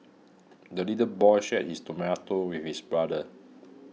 the little boy shared his tomato with his brother